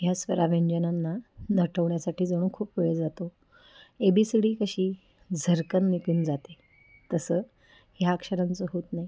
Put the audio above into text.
ह्या स्वराव्यंजनांना नटवण्यासाठी जणू खूप वेळ जातो ए बी सी डी कशी झर्रकन निघून जाते तसं ह्या अक्षरांचं होत नाही